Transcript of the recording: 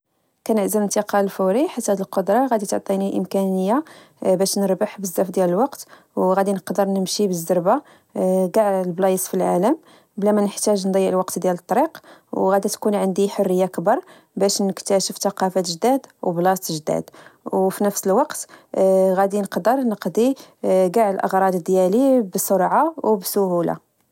كنعزل الإنتقال الفوري، حيت هاد القدرة غدي تعطيني إمكانية باش نربح بزاف ديال الوقت، وغدي نقدر نمشي بزربة لچاع لبلايص فالعالم، بلا ما نحتاج نضيع الوقت ديال الطريق، و غدي تكون عندي حرية كبر باش نكتاشف ثقافات جداد، وبلايص جدا، وفي نفس الوقت غدي نقدر نقضي چاع الأغراض ديالي بسرعة و سهولة